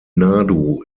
nadu